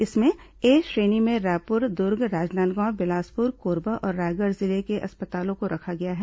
इसमें ए श्रेणी में रायपुर दुर्ग राजनांदगांव बिलासपुर कोरबा और रायगढ़ जिले के अस्पतालों को रखा गया है